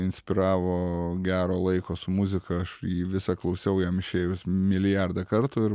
inspiravo gero laiko su muzika aš jį visą klausiau jam išėjus milijardą kartų ir